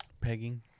Pegging